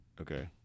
okay